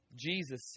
Jesus